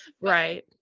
Right